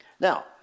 Now